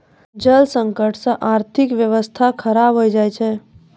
जल संकट से आर्थिक व्यबस्था खराब हो जाय छै